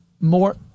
more